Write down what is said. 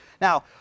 Now